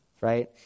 right